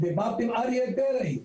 דיברתי עם אריה דרעי.